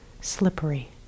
slippery